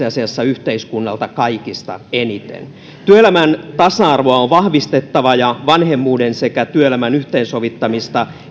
asiassa yhteiskunnalta kaikista eniten työelämän tasa arvoa on vahvistettava ja vanhemmuuden sekä työelämän yhteensovittamista